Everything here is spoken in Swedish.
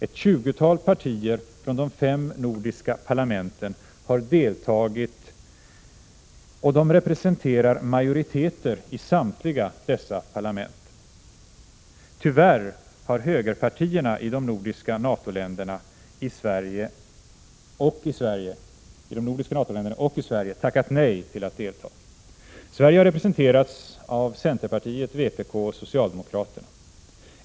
Ett 20-tal partier från de fem nordiska parlamenten har deltagit och de representerar majoriteter i samtliga dessa parlament. Tyvärr har högerpartierna i de nordiska NATO-länderna och i Sverige tackat nej till att delta. Sverige har representerats av centerpartiet, vpk och socialdemokraterna.